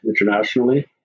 internationally